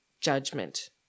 judgment